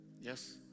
yes